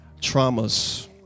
traumas